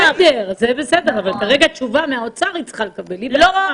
זה בסדר, אבל כרגע היא צריכה לקבל תשובה מהאוצר.